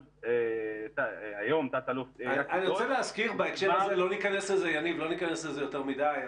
לא ניכנס לזה יותר מדי,